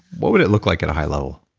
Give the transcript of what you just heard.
what would it look like at a high level?